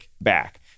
back